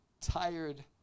tired